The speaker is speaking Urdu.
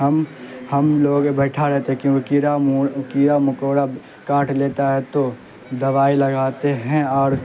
ہم ہم لوگ بیٹھا رہتے ہے کیونکہ کیرا مکوڑا کاٹ لیتا ہے تو دوائی لگاتے ہیں اور